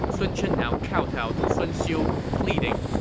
sun chen now kowtowed to sun xiu, pleading,